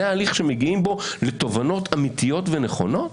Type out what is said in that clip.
זה ההליך שמגיעים בו לתובנות אמיתיות ונכונות?